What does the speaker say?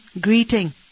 Greeting